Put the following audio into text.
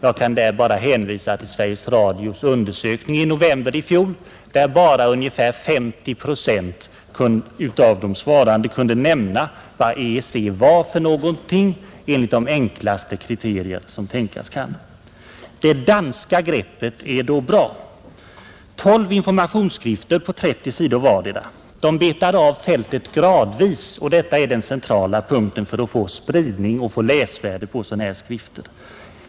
Jag kan hänvisa till Sveriges Radios undersökning i november i fjol, där bara ungefär 50 procent av de svarande kunde nämna vad EEC var för någonting enligt de enklaste kriterier som tänkas kan. Det danska greppet är då bra. Tolv informationsskrifter på 30 sidor vardera betar där av fältet gradvis, vilket är den centrala punkten för att få spridning av och läsvärde hos sådana här skrifter.